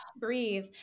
breathe